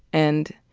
and